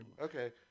okay